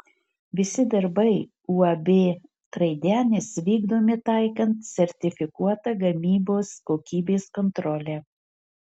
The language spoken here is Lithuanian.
visi darbai uab traidenis vykdomi taikant sertifikuotą gamybos kokybės kontrolę